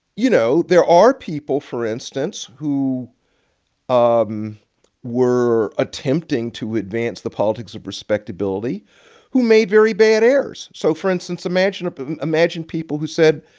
you know, there are people, for instance, who um were attempting to advance the politics of respectability who made very bad errors. so for instance, imagine but and imagine people who said,